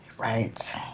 Right